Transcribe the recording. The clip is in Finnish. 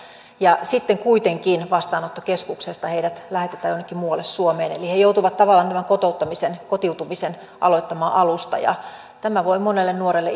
ja sitten kuitenkin vastaanottokeskuksesta heidät lähetetään jonnekin muualle suomeen eli he joutuvat tavallaan tämän kotiutumisen aloittamaan alusta tämä voi monelle nuorelle